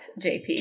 JP